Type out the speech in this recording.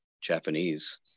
japanese